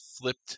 flipped